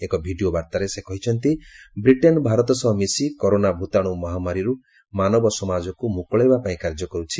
ଏକ ଭିଡ଼ିଓ ବାର୍ତ୍ତାରେ ସେ କହିଛନ୍ତି ବ୍ରିଟେନ୍ ଭାରତ ସହିତ ମିଶି କରୋନା ଭୂତାଣୁ ମହାମାରୀରୁ ମାନବ ସମାଜକୁ ମୁକୁଳାଇବାପାଇଁ କାର୍ଯ୍ୟ କରୁଛି